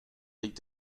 leek